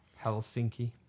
helsinki